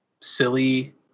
silly